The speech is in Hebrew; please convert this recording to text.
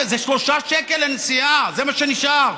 זה 3 שקלים לנסיעה, זה מה שנשאר.